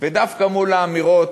דווקא מול האמירות